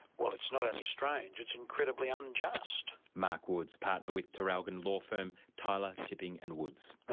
well it's not only strange, it's incredibly unjust. mark woods, partner with traralgon law firm, tyler, tipping and woods.